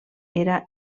era